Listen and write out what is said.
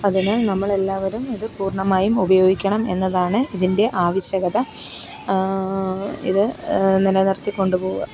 അതിനു നമ്മളെല്ലാവരും ഇത് പൂർണ്ണമായും ഉപയോഗിക്കണം എന്നതാണ് ഇതിൻ്റെ ആവശ്യകത ഇത് നിലനിർത്തി കൊണ്ടുപോവുക